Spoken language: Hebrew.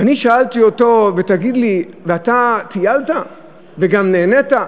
ואני שאלתי אותו: ותגיד לי, ואתה טיילת וגם נהנית?